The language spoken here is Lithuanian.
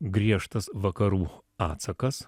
griežtas vakarų atsakas